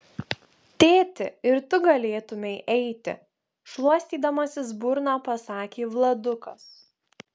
tėti ir tu galėtumei eiti šluostydamasis burną pasakė vladukas